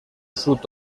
sud